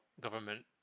government